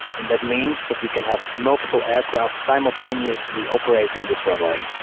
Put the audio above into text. and that means that we can have multiple aircraft simultaneously operating this runway.